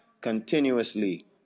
continuously